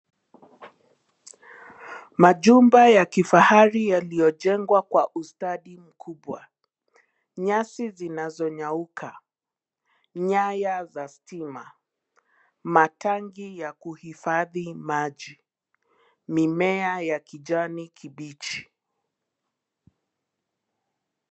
Majumba ya kifahari yaliyojengwa kwa ustadi mkubwa. Nyasi zinazonyauka. Nyaya ya stima. Matangi ya kuhifadhi maji. Mimea ya kijani kibichi.